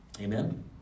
Amen